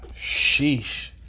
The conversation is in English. Sheesh